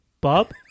Bob